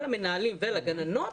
על המנהלים והגננות,